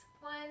one